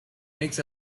makes